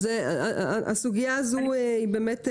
הסוגיה הזו באמת ברורה,